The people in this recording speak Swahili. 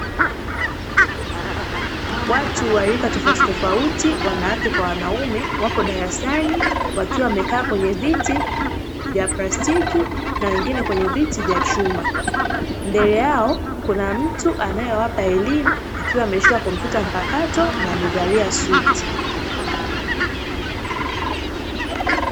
Watu wa rika tofautitofauti wanawake kwa wanaume wapo darasani wakiwa wamekaa kwenye viti vya plastiki na wengine kwenye viti vya chuma. Mbele yao kuna mtu anayewapa elimu akiwa ameshika kompyuta mpakato